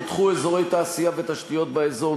פותחו אזורי תעשייה ותשתיות באזור,